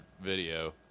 video